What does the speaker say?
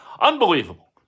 Unbelievable